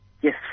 yes